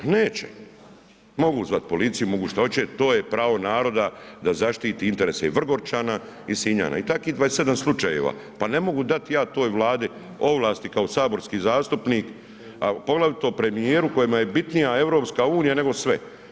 Pa neće. mogu zvat policiju, mogu šta oće, to je pravo naroda da zaštiti interese Vrgorčana i Sinjana i takvih 27 slučajeva, pa ne mogu dati ja to toj Vladi ovlasti kao saborski zastupnik a poglavito premijeru kojemu je bitnija EU nego sve.